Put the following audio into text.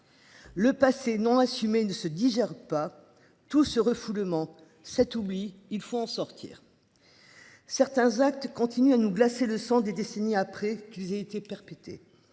Le passé non assumé, ne se digère pas tout ce refoulement cet oubli, il faut en sortir. Certains actes continue à nous glacer le sang des décennies après qu'il a été perpété.